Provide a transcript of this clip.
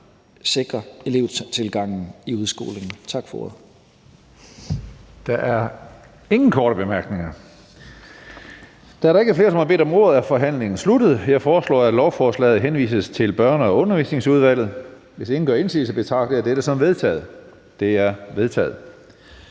ingen korte bemærkninger. Tak til ministeren. Da der ikke er flere, der har bedt om ordet, er forhandlingen sluttet. Jeg foreslår, at lovforslaget henvises til Børne- og Undervisningsudvalget. Hvis ingen gør indsigelse, betragter jeg dette som vedtaget. Det er vedtaget.